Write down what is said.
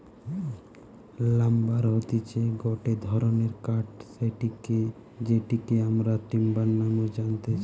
lumber হতিছে গটে ধরণের কাঠ যেটিকে আমরা টিম্বার নামেও জানতেছি